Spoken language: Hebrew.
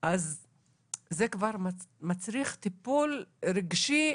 אז זה כבר מצריך טיפול רגשי